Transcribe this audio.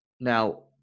now